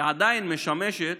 היא עדיין משמשת